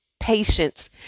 patience